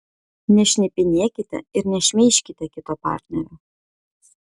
nešnipinėkite ir nešmeižkite kito partnerio